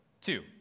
two